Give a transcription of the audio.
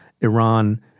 Iran